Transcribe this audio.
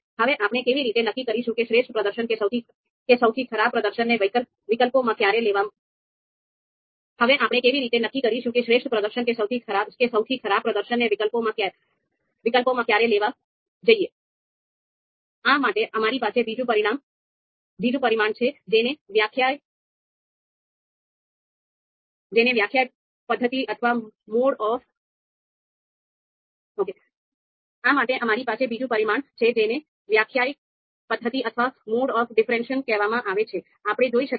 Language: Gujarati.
હવે આપણે કેવી રીતે નક્કી કરીશું કે શ્રેષ્ઠ પ્રદર્શન કે સૌથી ખરાબ પ્રદર્શનને વિકલ્પોમાં ક્યારે લેવા જોઈએ